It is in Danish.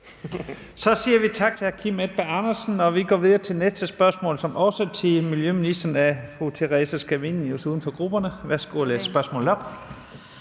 Så siger vi tak til hr. Kim Edberg Andersen. Vi går videre til næste spørgsmål, som også er til miljøministeren. Det er af fru Theresa Scavenius, uden for grupperne. Kl. 14:34 Spm. nr.